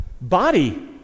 body